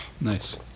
Nice